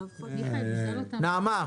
נעמה.